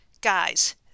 guys